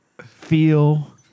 feel